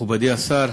מכובדי השר,